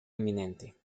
inminente